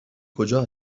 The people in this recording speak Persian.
کجا